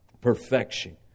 Perfection